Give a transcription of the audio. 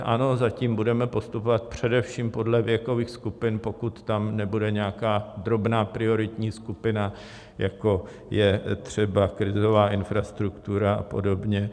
Ano, zatím budeme postupovat především podle věkových skupin, pokud tam nebude nějaká drobná prioritní skupina, jako je třeba krizová infrastruktura a podobně.